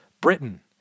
Britain